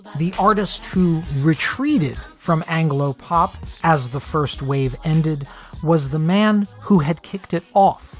the artist who retreated from anglo pop as the first wave ended was the man who had kicked it off.